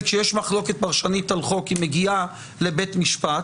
כשיש מחלוקת פרשנית על חוק היא מגיעה לבית המשפט.